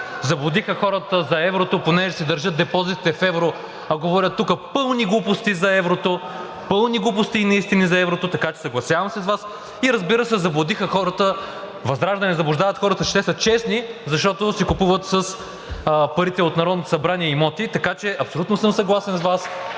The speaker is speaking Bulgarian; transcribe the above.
Заблудиха хората за еврото, понеже си държат депозитите в евро, а говорят тук пълни глупости за еврото. Пълни глупости наистина за еврото, така че съгласявам се с Вас. И разбира се, ВЪЗРАЖДАНЕ заблуждават хората, че те са честни, защото си купуват с парите от Народното събрание имоти, така че абсолютно съм съгласен с Вас.